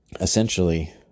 essentially